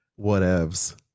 whatevs